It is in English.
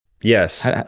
Yes